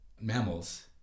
mammals